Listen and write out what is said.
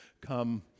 come